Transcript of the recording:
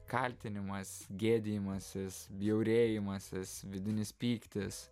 kaltinimas gėdijimasis bjaurėjimasis vidinis pyktis